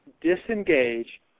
disengage